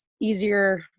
easier